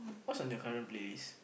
what's on your current playlist